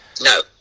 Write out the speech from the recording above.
No